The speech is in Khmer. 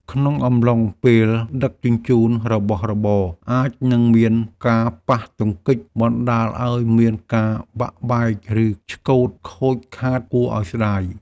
ក្នុងអំឡុងពេលដឹកជញ្ជូនរបស់របរអាចនឹងមានការប៉ះទង្គិចបណ្ដាលឱ្យមានការបាក់បែកឬឆ្កូតខូចខាតគួរឱ្យស្ដាយ។